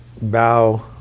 bow